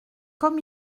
comme